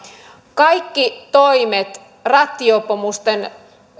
kaikki toimet rattijuopumusten